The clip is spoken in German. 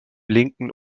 linken